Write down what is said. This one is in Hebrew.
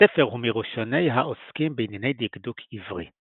הספר הוא מראשוני העוסקים בענייני דקדוק עברי.